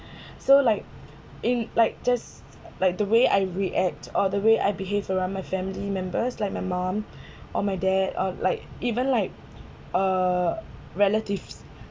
so like in like just like the way I react or the way I behave around my family members like my mom or my dad or like even like uh relatives